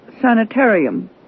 sanitarium